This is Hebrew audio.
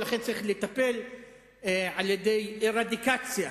ולכן צריך לטפל על-ידי רדיקציה,